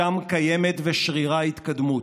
שם קיימת ושרירה התקדמות.